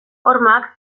hormak